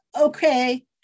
okay